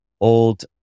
old